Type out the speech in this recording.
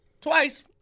twice